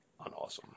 unawesome